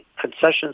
concessions